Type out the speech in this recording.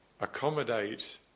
accommodate